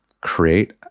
create